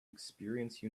experience